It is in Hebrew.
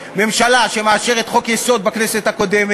וזה מעבר על חוק יסודות התקציב.